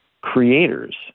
creators